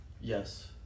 Yes